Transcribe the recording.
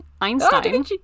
Einstein